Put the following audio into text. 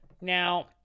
Now